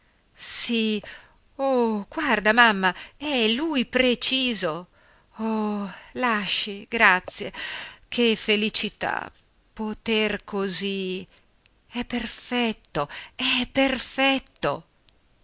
sì oh guarda mamma è lui preciso oh lasci grazie che felicità poter così è perfetto è perfetto